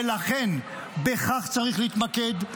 ולכן, בכך צריך להתמקד.